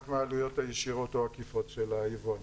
מהעלויות הישירות או העקיפות של היבואנים.